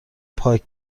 پاک